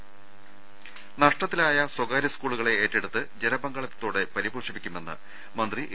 രംഭട്ട്ട്ട്ട്ട്ട്ട് നഷ്ടത്തിലായ സ്വകാര്യ സ്കൂളുകളെ ഏറ്റെടുത്ത് ജനപങ്കാളിത്ത ത്തോടെ പരിപോഷിപ്പിക്കുമെന്ന് മന്ത്രി എ